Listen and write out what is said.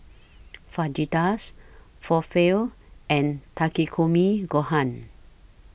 Fajitas Falafel and Takikomi Gohan